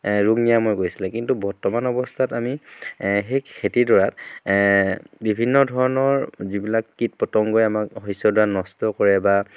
ৰোগ নিৰাময় কৰিছিলে কিন্তু বৰ্তমান অৱস্থাত আমি সেই খেতিডৰাত বিভিন্ন ধৰণৰ যিবিলাক কীট পতংগই আমাক শস্যডৰা নষ্ট কৰে বা